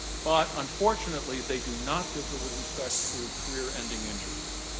but, unfortunately, they do not differ with respect to career-ending injuries.